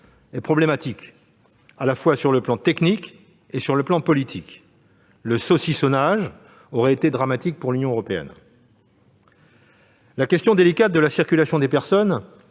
est problématique, à la fois sur le plan technique et sur le plan politique. Le « saucissonnage » aurait été dramatique pour l'Union européenne. La question délicate de la circulation des personnes